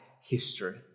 history